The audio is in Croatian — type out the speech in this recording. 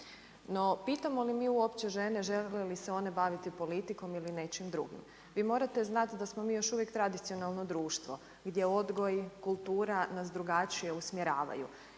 No, pitamo li mi uopće žene, žele li se one baviti politikom ili nečim drugim. Vi morate znati da smo mi još uvijek tradicionalno društvo gdje odgoj, kultura nas drugačije usmjeravaju.